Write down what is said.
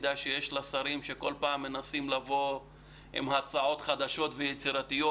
מדי שיש לשרים שכל פעם מנסים לבוא עם הצעות חדשות ויצירתיות